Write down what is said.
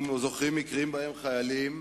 אנחנו זוכרים מקרים שבהם חיילים